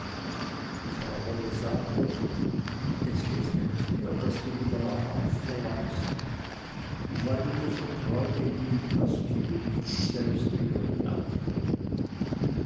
die frau holle sagte es gefällt mir daß du wieder nach hause verlangst und weil du mir so treu gedient hast so will ich dich selbst wieder